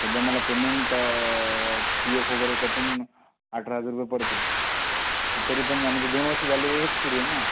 सध्या मला payment P F वगैरे कटून अठरा हजार रुपये परत येते पण तरी पण म्हणजे दोन वर्षं झाले हेच सुरू आहे ना